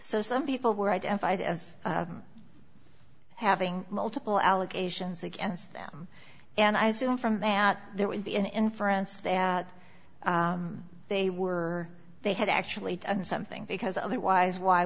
some people were identified as having multiple allegations against them and i assume from that there would be an inference that they were they had actually done something because otherwise why